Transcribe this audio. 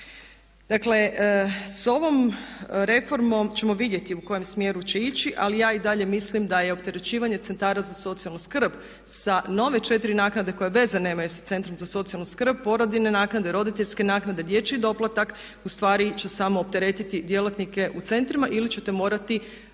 Dakle, s ovom reformom ćemo vidjeti u kojem smjeru će ići ali ja i dalje mislim da je opterećivanje centara za socijalnu skrb sa nove četiri naknade koje veze nemaju sa centrom za socijalnu skrb, porodiljne naknade, roditeljske naknade, dječji doplatak ustvari će samo opteretiti djelatnike u centrima ili ćete morati